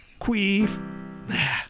queef